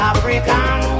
African